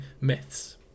myths